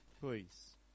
please